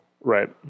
Right